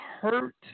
hurt